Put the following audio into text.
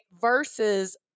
versus